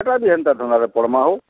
ହେଟା ବି ଏନ୍ତା ଧନ୍ଧାରେ ପଡ଼ମା ହୋ